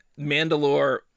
Mandalore